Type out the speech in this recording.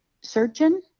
surgeon